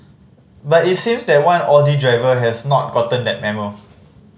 but it seems that one Audi driver has not gotten that memo